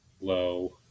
low